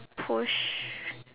push